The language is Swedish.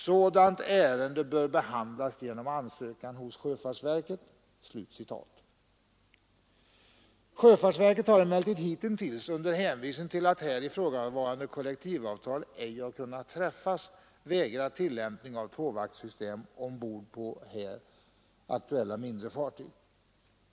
Sådant ärende bör behandlas genom ansökan hos Sjöfartsverket.” Sjöfartsverket har emellertid hitintills — under hänvisning till att ifrågavarande kollektivavtal ej har kunnat träffas — vägrat tillämpning av tvåvaktssystem ombord på här aktuella mindre fartyg.